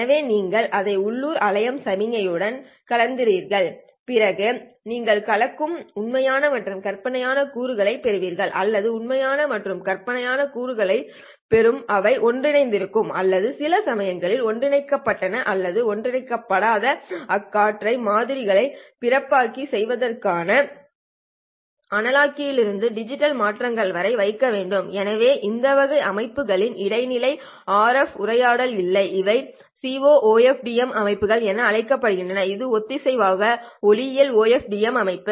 எனவே நீங்கள் அதை உள்ளூர் அலையம் சமிக்ஞை உடன் கலக்கிறீர்கள் பின்னர் நீங்கள் கழிக்கும் உண்மையான மற்றும் கற்பனையான கூறுகளைப் பெறுவீர்கள் அல்லது உண்மையான மற்றும் கற்பனையான கூறுகளைப் பெறுவீர்கள் அவை ஒன்றிணைக்கப்படுகின்றன அல்லது சில சமயங்களில் ஒன்றிணைக்கப்படுகின்றன அல்லது ஒன்றிணைக்கப்படாது அடிக்கற்றை மாதிரிகளை பிறப்பாக்கி செய்வதற்காக அனலாக்கிலிருந்து டிஜிட்டல் மாற்றிகள் வரை வைக்கவேண்டும் எனவே இந்த வகை அமைப்புகளில் இடைநிலை RF உரையாடல் இல்லை இவை CO OFDM அமைப்புகள் என அழைக்கப்படுகின்றன இது ஒத்திசைவான ஒளியியல் OFDM அமைப்பு